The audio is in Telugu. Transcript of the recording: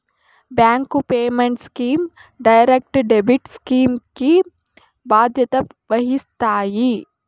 bank payment schemes direct debit scheme కి బాధ్యత వహిస్తాయి